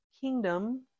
kingdom